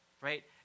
right